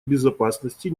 безопасности